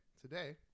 today